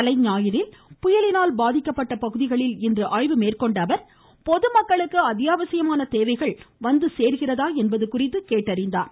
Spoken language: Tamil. தலைஞாயிறில் புயலினால் பாதிப்படைந்த பகுதிகளில் இன்று ஆய்வு மேற்கொண்ட அவர் பொதுமக்களுக்கு அத்தியாவசியமான தேவைகள் வந்துசேர்கிறதா என்பது குறித்து கேட்டறிந்தார்